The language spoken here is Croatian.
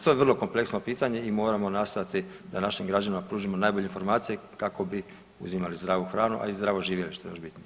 To je vrlo kompleksno pitanje i moramo nastojati da našim građanima pružimo najbolje informacije kako bi uzimali zdravu hranu, a i zdravo živjeli što je još bitnije.